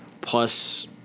Plus